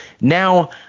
now